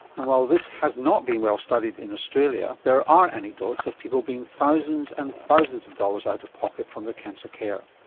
and while this has not been well studied in australia, there are anecdotes of people being thousands and thousands of dollars out-of-pocket from their cancer care.